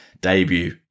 debut